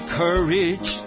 courage